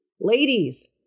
Ladies